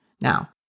Now